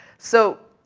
so,